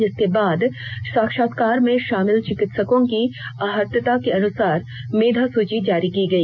जिसके बाद साक्षात्कार में शामिल चिकित्सकों की अहर्ता के अनुसार मेधा सूची जारी की गई